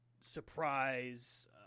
surprise